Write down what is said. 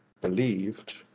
believed